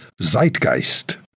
Zeitgeist